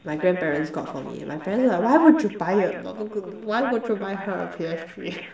my grandparents got for me my parents were why would you buy a why would you buy her a P_S_P